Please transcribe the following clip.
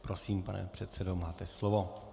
Prosím, pane předsedo, máte slovo.